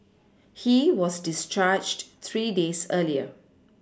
he was discharged three days earlier